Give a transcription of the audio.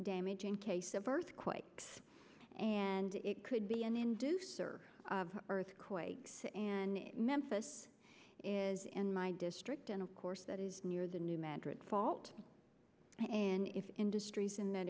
damage in case of earthquakes and it could be an inducer of earthquakes and memphis is in my district and of course that is near the new mantra at fault and if industries in th